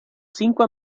cinco